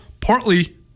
partly